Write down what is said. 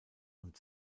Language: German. und